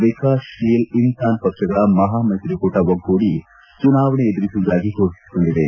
ವಿಕಾಸ್ತೀಲ್ ಇನ್ಸಾನ್ ಪಕ್ಷಗಳ ಮಹಾ ಮೈತ್ರಿಕೂಟ ಒಗ್ಗೂಡಿ ಚುನಾವಣೆ ಎದುರಿಸುವುದಾಗಿ ಫೋಷಿಸಿಕೊಂಡಿವೆ